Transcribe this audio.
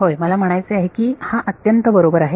होय मला म्हणायचे आहे की हा अत्यंत बरोबर आहे